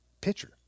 pitcher